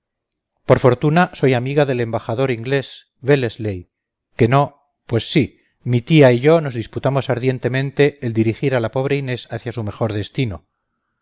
por fortuna soy amiga del embajador inglés wellesley que no pues sí mi tía y yo nos disputamos ardientemente el dirigir a la pobre inés hacia su mejor destino